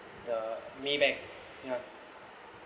the maybank yeah